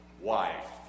wife